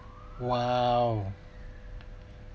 !wow!